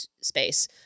space